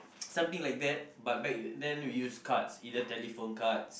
something like that but back then we use cards either telephone cards